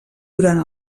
durant